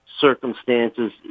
circumstances